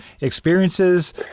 experiences